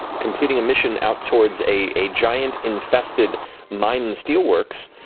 completing a mission out towards a giant-infested mine and steelworks.